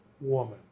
woman